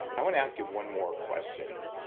i want to ask you one more question,